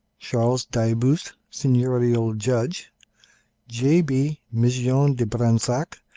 charles d'ailleboust, seigneurial judge j. b. migeon de bransac,